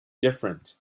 different